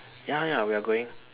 ya ya we are going